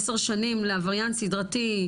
עשר שנים לעבריין סדרתי,